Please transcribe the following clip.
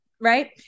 right